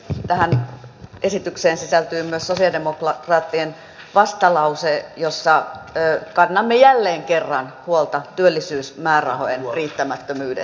tähän esitykseen sisältyy myös sosialidemokraattien vastalause jossa kannamme jälleen kerran huolta työllisyysmäärärahojen riittämättömyydestä